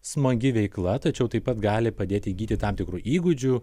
smagi veikla tačiau taip pat gali padėti įgyti tam tikrų įgūdžių